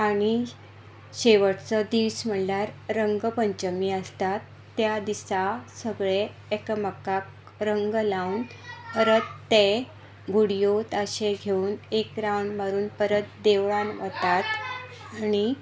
आनी शेवटचो दीस म्हणल्यार रंगपंचमी आसता त्या दिसा सगळे एकामेकांक रंग लावन परत ते घुडयो ताशे घेवन एक रावंड मारून परत देवळान वतात आनी